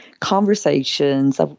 conversations